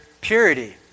purity